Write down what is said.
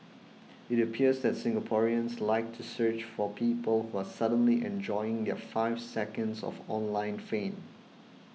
it appears that Singaporeans like to search for people who are suddenly enjoying their five seconds of online fame